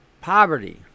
poverty